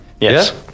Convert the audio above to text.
Yes